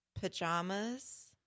pajamas